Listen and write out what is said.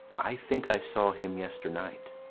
i think i saw him yesternight.